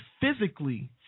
physically